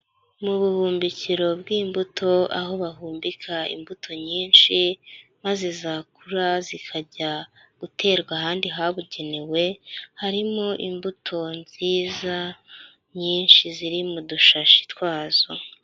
Mu buhumbikiro bw'imbuto, aho bahumbika imbuto nyinshi, maze zakura zikajya guterwa ahandi habugenewe, harimo imbuto nziza nyinshi ziri mu dushashi twazo.